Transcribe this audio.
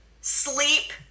sleep